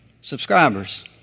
subscribers